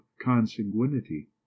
consanguinity